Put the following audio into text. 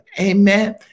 amen